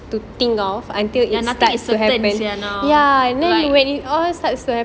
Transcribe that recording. nothing is certain sia now like